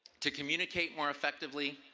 to communicate more effectively,